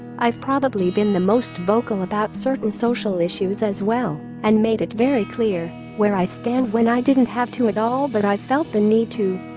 i've probably been the most vocal about certain social issues as well and made it very clear where i stand when i didn't have to at all but i felt the need to.